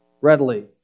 readily